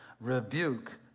Rebuke